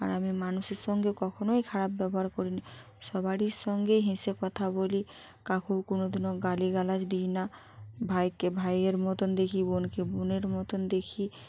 আর আমি মানুষের সঙ্গেও কখনোই খারাপ ব্যবহার করিনি সবারই সঙ্গে হেসে কথা বলি কাউকে কোনোদিনও গালিগালাজ দিই না ভাইকে ভাইয়ের মতন দেখি বোনকে বোনের মতন দেখি